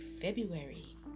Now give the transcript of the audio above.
February